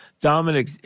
Dominic